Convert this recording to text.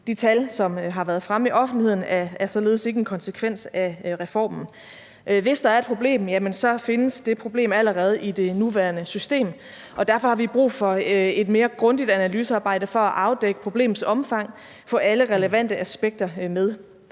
De tal, som har været fremme i offentligheden, er således ikke en konsekvens af reformen. Hvis der er et problem, findes det problem allerede i det nuværende system, og derfor har vi brug for et mere grundigt analysearbejde for at afdække problemets omfang og få alle relevante aspekter med.